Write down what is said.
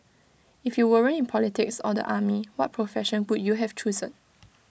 if you weren't in politics or the army what profession would you have chosen